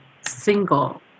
single